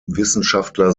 wissenschaftler